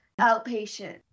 outpatient